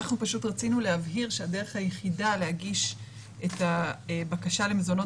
אנחנו רצינו להבהיר שהדרך היחידה להגיש את הבקשה למזונות